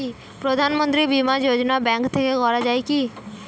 প্রধানমন্ত্রী বিমা যোজনা ব্যাংক থেকে করা যায় কি?